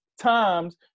times